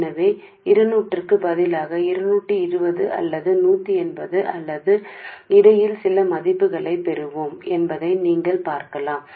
కాబట్టి మీరు రెండు వందలకు బదులుగా మేము 220 లేదా 180 గాని లేదా కొంత విలువలో గానీ పొందుతున్నారని మీరు చూడవచ్చు